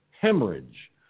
hemorrhage